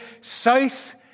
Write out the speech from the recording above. south